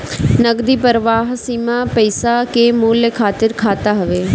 नगदी प्रवाह सीमा पईसा के मूल्य खातिर खाता हवे